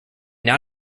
not